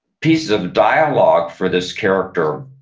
pieces of dialogue for this character,